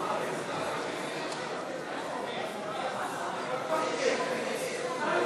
המשותפת להביע אי-אמון בממשלה לא